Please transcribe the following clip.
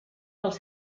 dels